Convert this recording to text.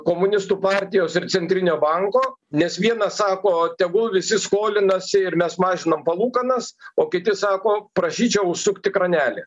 komunistų partijos ir centrinio banko nes vienas sako tegul visi skolinasi ir mes mažinam palūkanas o kiti sako prašyčiau užsukti kranelį